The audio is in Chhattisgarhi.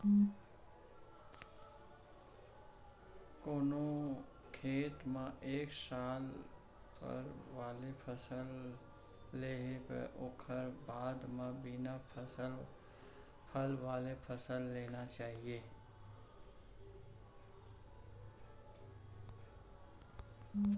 कोनो खेत म एक साल फर वाला फसल ले हे त ओखर बाद म बिना फल वाला फसल लेना चाही